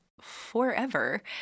forever